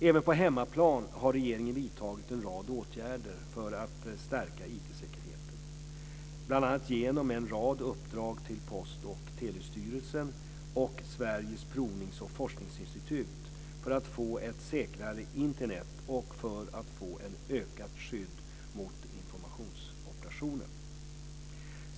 Även på hemmaplan har regeringen vidtagit en rad åtgärder för att stärka IT-säkerheten, bl.a. genom en rad uppdrag till Post och telestyrelsen och Sveriges Provnings och Forskningsinstitut för att få ett säkrare Internet och för att få ett ökat skydd mot informationsoperationer.